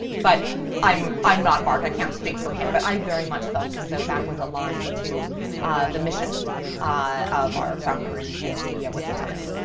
but i'm i'm not mark. i can't speak for him. but i very much felt as though that was aligned to the mission of our founder and and ceo at the time.